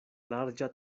larĝa